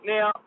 Now